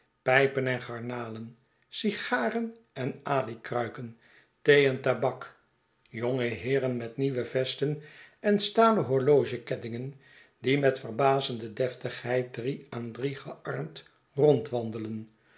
pijpen en garnalen sigaren en alikruiken thee en tabak jonge heeren met nieuwe vesten en stalen horlogekettingen die met verbazende deftigheid drie aan drie gearmd rondwandelen